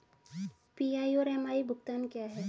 PI और MI भुगतान क्या हैं?